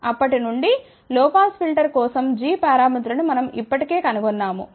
అప్పటి నుండి low pass filter కోసం g పారామితులను మనం ఇప్పటి కే కనుగొన్నాము